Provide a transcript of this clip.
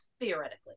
theoretically